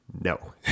no